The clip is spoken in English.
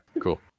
cool